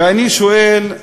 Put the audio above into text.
ואני שואל: